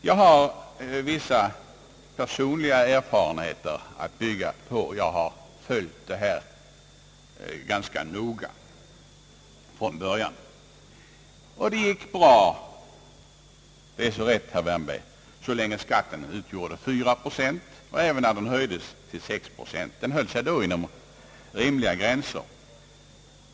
Jag har vissa personliga erfarenheter att bygga på, och jag har följt denna fråga ganska noga från början. Det hela gick bra — det är alldeles rätt, herr Wärnberg — så länge skatten utgjorde 4 procent och även när den höjdes till 6 procent — den höll sig då inom rimliga gränser.